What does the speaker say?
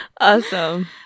Awesome